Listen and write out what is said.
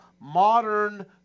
modern